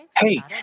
Hey